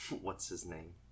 What's-his-name